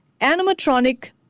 animatronic